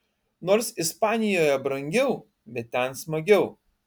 nors ispanijoje brangiau bet ten smagiau